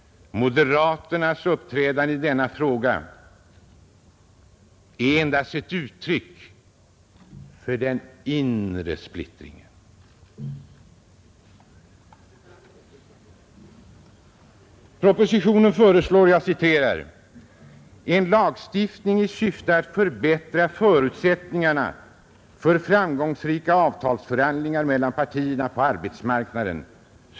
Moderaternas uppträdande i denna fråga är endast ett uttryck för den inre splittringen. Propositionen föreslår en lagstiftning i syfte att ”förbättra förutsättningarna för framgångsrika avtalsförhandlingar mellan parterna på arbetsmarknaden”.